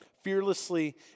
fearlessly